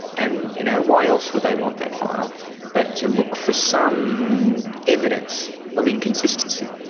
and you know why else would they want that file but to look for some evidence of inconsistency.